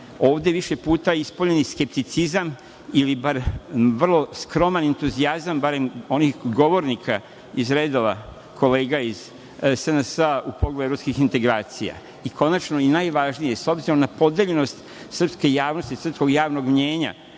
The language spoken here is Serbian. ovde više puta ispoljeni, skepticizam ili bar vrlo skroman entuzijazam, barem onih govornika kolega iz redova SNS u pogledu evropskih integracija. Konačno, i najvažnije, s obzirom na podeljenost srpske javnosti, srpskog javnog mnjenja